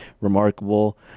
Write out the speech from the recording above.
remarkable